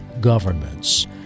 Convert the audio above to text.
governments